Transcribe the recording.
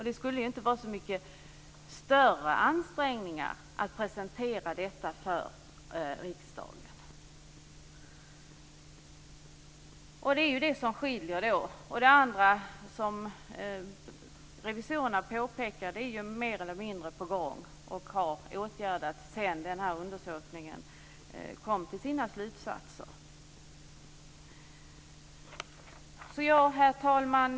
Det borde inte kräva några större ansträngningar att presentera detta för riksdagen. Det andra som revisorerna påpekar är ju mer eller mindre på gång och har åtgärdats sedan undersökningen kom fram till sina slutsatser. Herr talman!